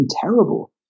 terrible